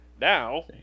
now